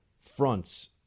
fronts